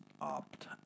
opt